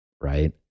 right